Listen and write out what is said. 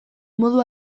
modu